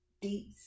deep